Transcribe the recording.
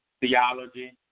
theology